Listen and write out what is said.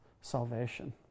salvation